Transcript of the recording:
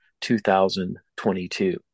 2022